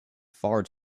far